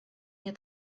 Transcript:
nie